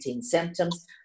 symptoms